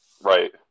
Right